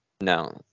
No